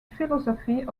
philosophy